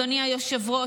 אדוני היושב-ראש,